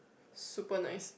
super nice